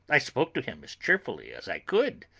i spoke to him as cheerfully as i could,